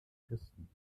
christen